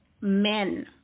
men